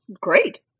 Great